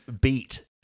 beat